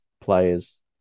players